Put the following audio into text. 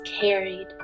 carried